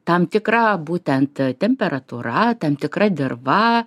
tam tikra būtent temperatūra tam tikra dirva